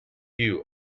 you